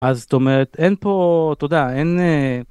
אז, זאת אומרת, אין פה... אתה יודע, אין אה...